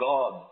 God